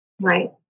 Right